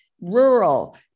rural